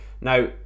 Now